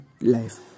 life